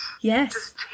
yes